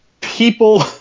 people